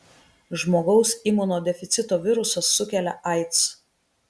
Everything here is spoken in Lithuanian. žmogaus imunodeficito virusas sukelia aids